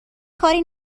کاری